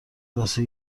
واسه